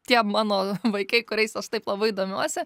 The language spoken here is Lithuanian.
tie mano vaikai kuriais aš taip labai domiuosi